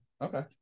Okay